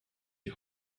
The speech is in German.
die